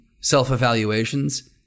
self-evaluations